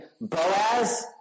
Boaz